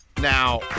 Now